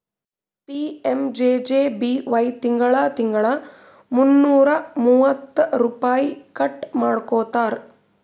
PMJJBY ತಿಂಗಳಾ ತಿಂಗಳಾ ಮುನ್ನೂರಾ ಮೂವತ್ತ ರುಪೈ ಕಟ್ ಮಾಡ್ಕೋತಾರ್